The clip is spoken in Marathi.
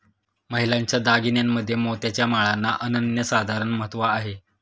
महिलांच्या दागिन्यांमध्ये मोत्याच्या माळांना अनन्यसाधारण महत्त्व आहे